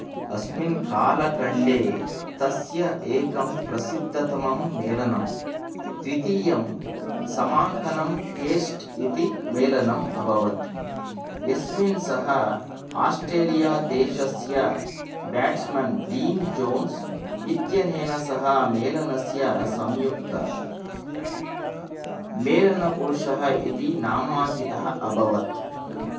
अस्मिन् कालकण्डे तस्य एकं प्रसिद्दतमं मेलनं द्वितीयं समाङ्कनं टेस्ट् इति मेलनम् अभवत् यस्मिन् सः आस्टेलिया देशस्य बेट्स्मन् डीन् जोन्स् इत्यनेन सह मेलनस्य संयुक्तमेलनपुरुषः इति नामाङ्कितः अभवत्